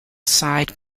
side